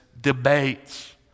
debates